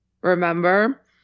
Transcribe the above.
Remember